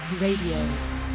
Radio